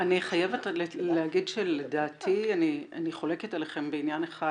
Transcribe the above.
אני חייבת להגיד שלדעתי אני חולקת עליכם בעניין אחד,